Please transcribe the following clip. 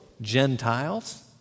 Gentiles